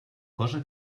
cosa